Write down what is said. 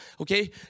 Okay